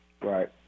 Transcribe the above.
right